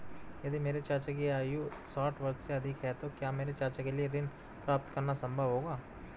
यदि मेरे चाचा की आयु साठ वर्ष से अधिक है तो क्या मेरे चाचा के लिए ऋण प्राप्त करना संभव होगा?